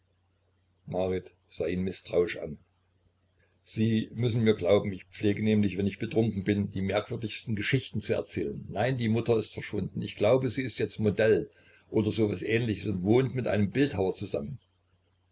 sah ihn mißtrauisch an sie müssen mir glauben ich pflege nämlich wenn ich betrunken bin die merkwürdigsten geschichten zu erzählen nein die mutter ist verschwunden ich glaube sie ist jetzt modell oder so was ähnliches und wohnt mit einem bildhauer zusammen